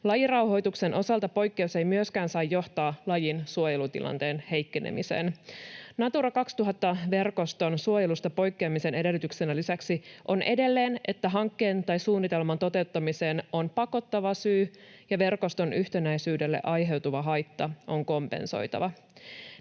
Lajirauhoituksen osalta poikkeus ei myöskään saa johtaa lajin suojelutilanteen heikkenemiseen. Natura 2000 ‑verkoston suojelusta poikkeamisen edellytyksenä lisäksi on edelleen, että hankkeen tai suunnitelman toteuttamiseen on pakottava syy ja verkoston yhtenäisyydelle aiheutuva haitta on kompensoitava.